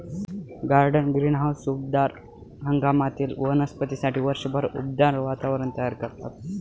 garden greenhouse उबदार हंगामातील वनस्पतींसाठी वर्षभर उबदार वातावरण तयार करतात